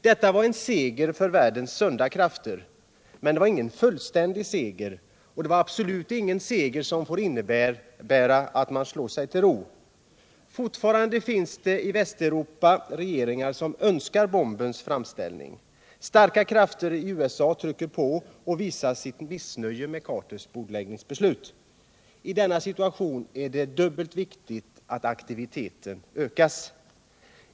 Detta var en seger för världens sunda krafter, men det var ingen fullständig seger och det var absolut ingen seger som innebar att man kunde slå sig till ro. Fortfarande finns det i Västeuropa regeringar som önskar bombens framställning. Starka krafter i USA trycker på och visar sitt missnöje med Carters bordläggningsbeslut. I denna situation är det dubbelt viktigt att aktiviteten ökas.